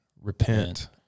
repent